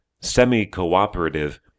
semi-cooperative